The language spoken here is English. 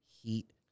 heat